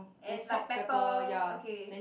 and like pepper okay